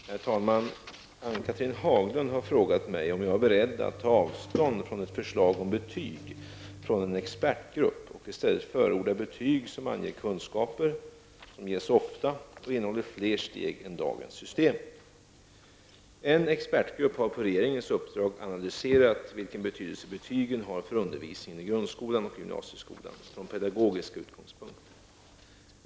Herr talman! Ann-Cathrine Haglund har frågat mig om jag är beredd att ta avstånd från ett förslag om betygen från en expertgrupp och i stället förorda betyg som anger kunskaper, som ges ofta och som innehåller fler steg än dagens system. En expertgrupp har på regeringens uppdrag analyserat vilken betydelse betygen har för undervisningen i grundskolan och gymnasieskolan från pedagogiska utgångspunkter.